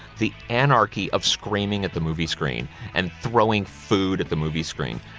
the anarchy of screaming at the movie screen and throwing food at the movie screen.